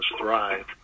thrive